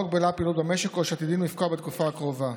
שבה הוגבלה הפעילות במשק או שעתידים לפקוע בתקופה הקרובה.